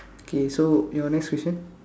okay so your next question